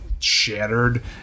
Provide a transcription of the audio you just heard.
Shattered